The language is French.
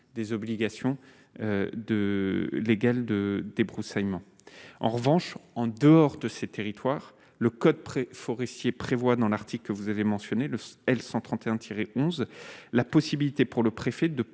des obligations de égal de débroussaillement, en revanche, en dehors de ces territoires, le code près Forissier prévoit dans l'article que vous avez mentionné le L 131 tiré 11 la possibilité pour le préfet de